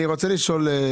אני רוצה לשאול: